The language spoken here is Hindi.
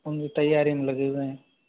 उनकी तैयारी में लगे हुए हैं